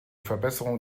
verbesserung